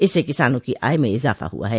इससे किसानों की आय में इजाफा हुआ है